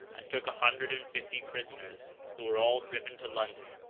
and took a hundred and fifty prisoners who were all driven to london,